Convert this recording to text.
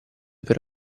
per